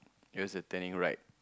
it was a turning right